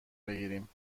بگیریم